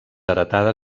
heretada